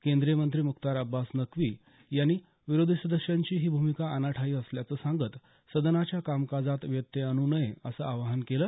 केंद्रीय मंत्री मुख्तार अब्बास नक्की यांनी विरोधी सदस्यांची ही भूमिका अनाठायी असल्याचं सांगत सदनाच्या कामकाजात व्यत्यय आणू नये असं आवाहन केलं